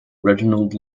reginald